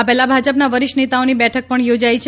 આ પહેલાં ભાજપના વરિષ્ઠ નેતાઓની બેઠક પણ યોજાઇ છે